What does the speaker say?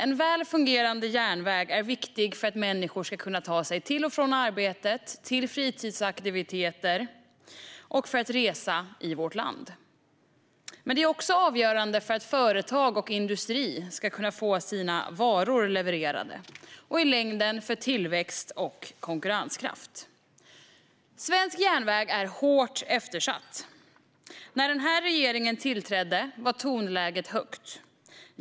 En väl fungerande järnväg är viktig för att människor ska kunna ta sig till och från arbetet, till fritidsaktiviteter eller för att resa i vårt land. Den är också avgörande för att företag och industri ska få sina varor levererade och i längden för tillväxt och konkurrenskraft. Svensk järnväg är svårt eftersatt. När regeringen tillträdde var tonläget högt.